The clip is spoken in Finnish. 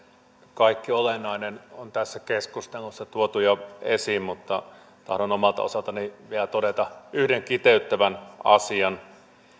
kaikki olennainen on tässä keskustelussa tuotu jo esiin mutta tahdon omalta osaltani vielä todeta yhden kiteyttävän asian